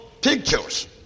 pictures